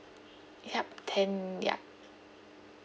yup then ya